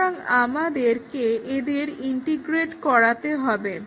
সুতরাং আমাদেরকে এদের ইন্টিগ্রেট করতে হবে